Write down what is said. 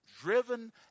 driven